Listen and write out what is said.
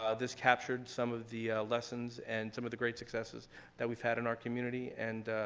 um this captured some of the lessons and some of the great success that we've had in our community and,